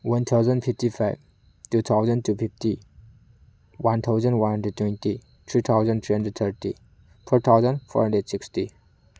one thousand fifty five two thousand two fifty one thousand one hundred twenty three thousand three hundred thirty four thousand four hundred sixty